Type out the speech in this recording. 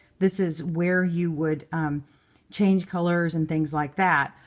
this is where you would change colors and things like that,